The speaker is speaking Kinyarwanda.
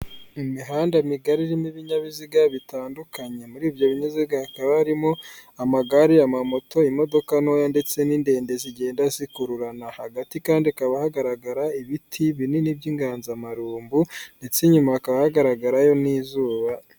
Imihanda migari irimo ibinyabiziga bitandukanye, muri ibyo binziga hakaba harimo amagare, amamoto, imodoka ntoya ndetse n'indende zigenda zikururana, hagati kandi hakaba hagaragara ibiti binini by'inganzamarumbo ndetse inyuma hakaba hagaragarayo n'izuba.